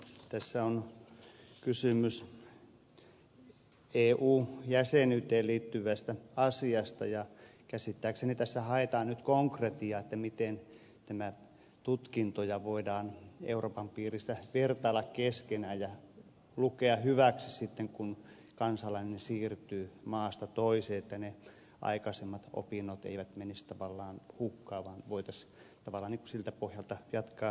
tässä on kysymys eu jäsenyyteen liittyvästä asiasta ja käsittääkseni tässä haetaan nyt konkretiaa miten tutkintoja voidaan euroopan piirissä vertailla keskenään ja miten voidaan aikaisemmat opinnot lukea hyväksi sitten kun kansalainen siirtyy maasta toiseen etteivät ne menisi hukkaan vaan voitaisiin tavallaan siltä pohjalta jatkaa eteenpäin